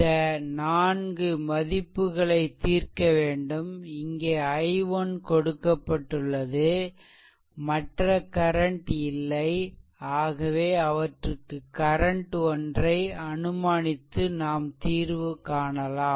இந்த 4 மதிப்புக்களை தீர்க்க வேண்டும் இங்கே i1 கொடுக்கப்பட்டுள்ளது மற்ற கரண்ட் இல்லை ஆகவே அவற்றுக்கு கரண்ட் ஒன்றை அனுமானித்து நாம் தீர்வு காணலாம்